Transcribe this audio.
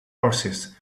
horses